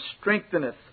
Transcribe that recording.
strengtheneth